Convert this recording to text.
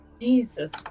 Jesus